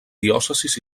diòcesis